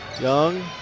Young